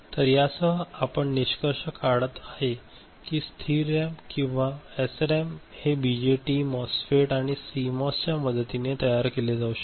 तर यासह आपण निष्कर्ष काढत आहे की स्थिर रॅम किंवा एसरॅम हे बीजेटी मॉस्फेट आणि सीमॉस च्या मदतीने तयार केले जाऊ शकते